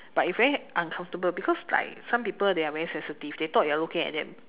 but it's very uncomfortable because like some people they are very sensitive they thought you're looking at them